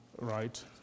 Right